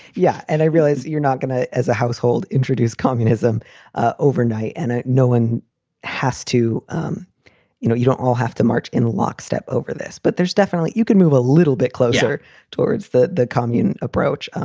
yeah. and i realize you're not going to, as a household, introduce communism ah overnight and no one has to. um you know you don't all have to march in lockstep over this, but there's definitely you can move a little bit closer towards the the commun approach.